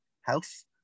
health